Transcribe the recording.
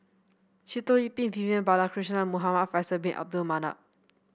Sitoh Yih Pin Vivian Balakrishnan Muhamad Faisal Bin Abdul Manap